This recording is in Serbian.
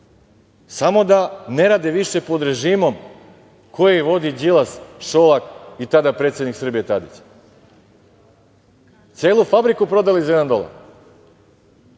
samo da ne rade više pod režimom koji vodi Đilas, Šolak i tada predsednik Srbije Tadić. Celu fabriku su prodali za jedan dolar.